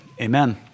amen